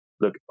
look